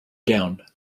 down